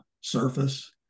surface